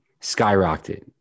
skyrocketed